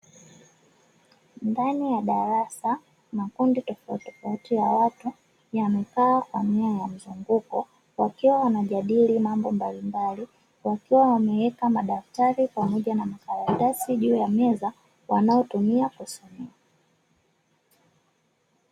Ndani ya darasa makundi tofautitofauti ya watu yamekaa kwa nia ya mzunguko wakiwa wanajadili mambo mbalimbali, wakiwa wameweka madaftari pamoja na makaratasi juu ya meza wanayotumia kusomea.